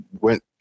went